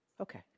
Okay